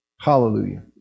Hallelujah